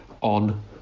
on